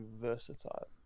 versatile